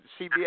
CBS